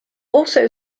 also